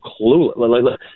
clueless